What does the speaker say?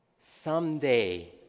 someday